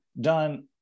done –